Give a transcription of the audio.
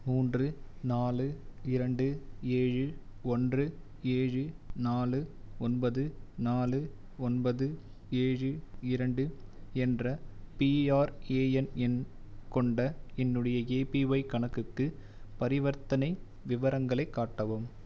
மூன்று நாலு இரண்டு ஏழு ஒன்று ஏழு நாலு ஒன்பது நாலு ஒன்பது ஏழு இரண்டு என்ற பிஆர்ஏஎன் எண் கொண்ட என்னுடைய ஏபிஒய் கணக்குக்கு பரிவர்த்தனை விவரங்களைக் காட்டவும்